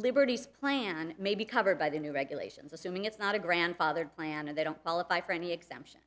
liberty's plan may be covered by the new regulations assuming it's not a grandfathered plan and they don't qualify for any exemptions